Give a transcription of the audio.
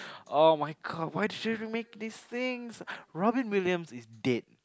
oh-my-god why did you even make this things Robin-Williams is dead